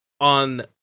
on